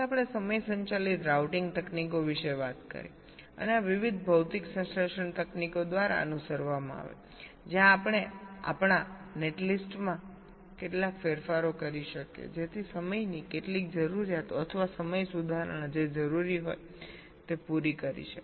પછી આપણે સમય સંચાલિત રાઉટિંગ તકનીકો વિશે વાત કરી અને આ વિવિધ ભૌતિક સંશ્લેષણ તકનીકો દ્વારા અનુસરવામાં આવી જ્યાં આપણે અમારા નેટલિસ્ટ્સમાં કેટલાક ફેરફારો કરી શકીએ જેથી સમયની કેટલીક જરૂરિયાતો અથવા સમય સુધારણા જે જરૂરી હોય તે પૂરી કરી શકે